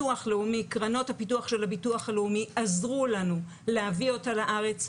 קרנות הפיתוח של הביטוח הלאומי עזרו לנו להביא אותה לארץ.